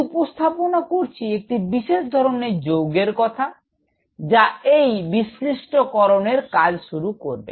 আমি উপস্থাপনা করছি একটি বিশেষ ধরনের যৌগের কথা যা এই বিশ্লিষ্টকরনের কাজ শুরু করবে